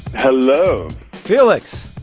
hello felix,